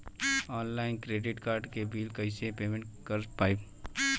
Online credit card के bill कइसे payment कर पाएम?